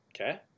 okay